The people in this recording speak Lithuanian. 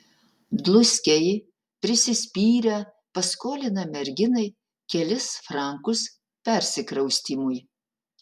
dluskiai prisispyrę paskolina merginai kelis frankus persikraustymui